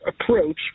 approach